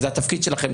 וזה התפקיד שלכם,